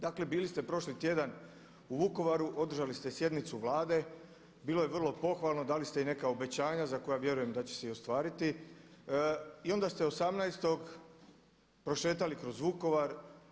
Dakle bili ste prošli tjedan u Vukovaru, održali ste sjednicu Vlade, bilo je vrlo pohvalno, dali ste i neka obećanja za koja vjerujem da će se i ostvariti i onda ste 18. prošetali kroz Vukovar.